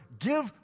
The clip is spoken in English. give